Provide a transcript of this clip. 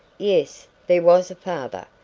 yes, there was a father.